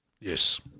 Yes